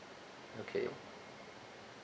okay